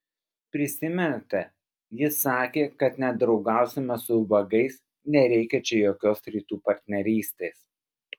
prisimenate ji sakė kad nedraugausime su ubagais nereikia čia jokios rytų partnerystės